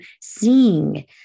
seeing